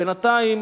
בינתיים